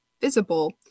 visible